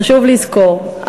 חשוב לזכור,